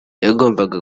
yagombaga